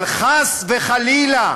אבל חס וחלילה,